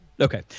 okay